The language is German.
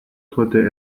torte